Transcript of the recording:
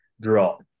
drop